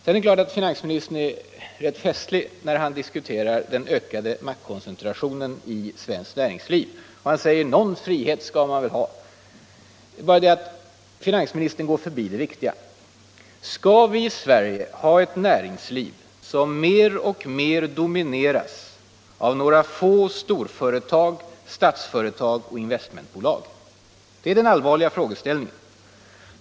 Det är klart att finansministern är rätt festlig när han diskuterar den ökade maktkoncentrationen isvenskt näringsliv. Han säger att någon frihet skall man väl ha! Det är bara det att finansministern går förbi det viktiga spörsmålet: Skall vi i Sverige ha ett näringsliv som mer och mer domineras av några få storföretag, av Statsföretag och av investmentbolag? Det är den allvarliga frågeställningen.